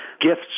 gifts